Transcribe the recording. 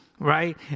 Right